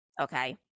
okay